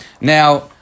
Now